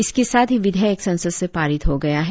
इसके साथ ही विधेयक संसद से पारित हो गया है